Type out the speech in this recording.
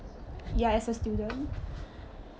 ya as a student